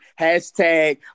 Hashtag